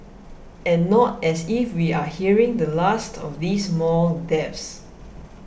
and not as if we are hearing the last of these mall deaths